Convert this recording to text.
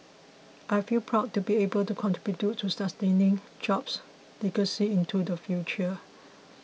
I feel proud to be able to contribute to sustaining Jobs' legacy into the future